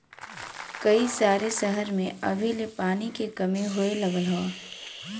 कई सारे सहर में अभी ले पानी के कमी होए लगल हौ